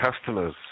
customers